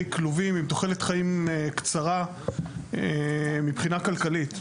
כלובים עם תוחלת חיים קצרה מבחינה כלכלית.